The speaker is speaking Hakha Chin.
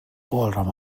kawlram